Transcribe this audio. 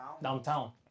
Downtown